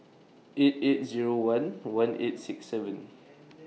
eight eight Zero one one eight six seven